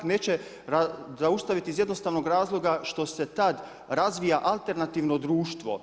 Neće zaustaviti iz jednostavnog razloga što se tada razvija alternativno društvo.